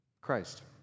Christ